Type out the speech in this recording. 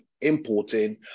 importing